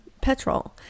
petrol